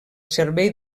servei